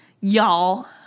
y'all